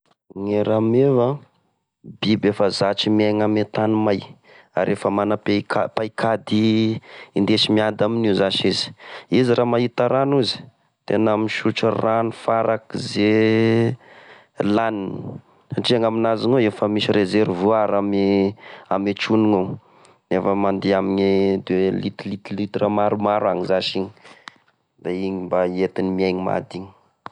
Gne rameva biby efa zatra miaina ame tany may ary efa mana pekad-paikady indesy miady aminio zasy izy, izy ra mahita rano izy tena misotro rano farakize laniny satria gnaminazy iny ao efa misy reservoir ame, ame trognognao, da efa mandeha amine deux litre litre litra maromaro agny zasy igny;.da igny mba entiny miaina mahadigny.